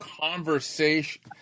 conversation